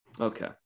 Okay